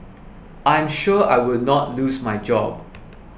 I am sure I will not lose my job